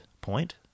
point